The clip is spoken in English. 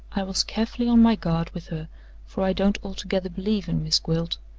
i was carefully on my guard with her for i don't altogether believe in miss gwilt,